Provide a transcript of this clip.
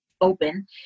open